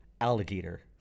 Alligator